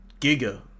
Giga